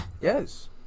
Yes